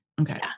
Okay